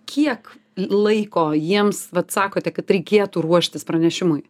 kiek laiko jiems vat sakote kad reikėtų ruoštis pranešimui